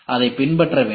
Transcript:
அதைப் பின்பற்ற வேண்டும்